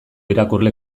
irakurle